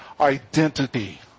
identity